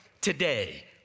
Today